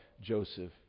Joseph